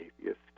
atheist